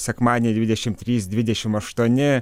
sekmadienį dvidešim trys dvidešim aštuoni